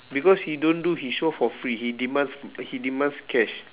because he don't do his show for free he demands he demands cash